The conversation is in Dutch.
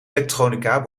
elektronica